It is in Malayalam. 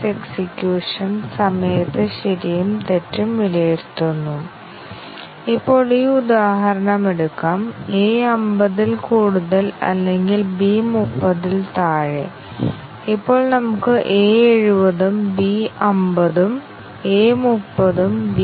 അവസ്ഥാ പരിരക്ഷയെ ഒന്നിലധികം അവസ്ഥ കവറേജ് എന്നും വിളിക്കുന്നു അതിനാൽ ഇവിടെ ഓരോ സംയുക്ത അവസ്ഥയുടെയും ഘടക വ്യവസ്ഥകൾ ഉണ്ടോ അതിനാൽ തീരുമാന പ്രകടനത്തിന് c1 c2 അല്ലെങ്കിൽ c3 മുതലായവ ഉണ്ടാകാം ഈ c1 c2 c3 എന്നിവ ഓരോന്നും സത്യവും തെറ്റായ മൂല്യങ്ങളും എടുക്കുന്നുണ്ടോ എന്നത്